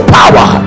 power